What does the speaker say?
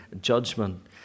judgment